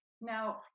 Now